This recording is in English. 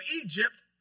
Egypt